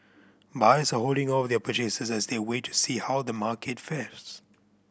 buyers are holding off their purchases as they wait to see how the market fares